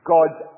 God's